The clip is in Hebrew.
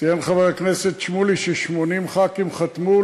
ציין חבר הכנסת שמולי ש-80 ח"כים חתמו.